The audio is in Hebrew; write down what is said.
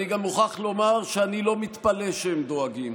אני גם מוכרח לומר שאני לא מתפלא שהם דואגים,